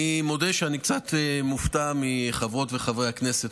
אני מודה שאני קצת מופתע מחברות וחברי הכנסת.